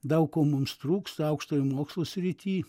daug ko mums trūksta aukštojo mokslo srity